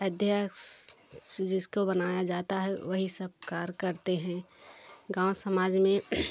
अध्यक्ष जिसको बनाया जाता है वही सब कार्य करते हैं गाँव समाज में